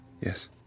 Yes